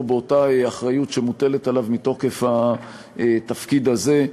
באותה אחריות שמוטלת עליו מתוקף התפקיד הזה.